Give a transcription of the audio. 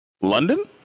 London